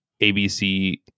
ABC